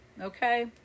okay